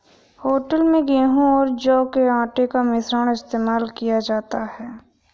hotel में गेहूं और जौ के आटे का मिश्रण इस्तेमाल किया जाता है